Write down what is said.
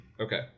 Okay